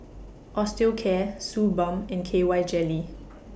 Osteocare Suu Balm and K Y Jelly